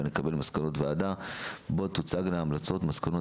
בה נקבל מסקנות וועדה בו תוצג מסקנות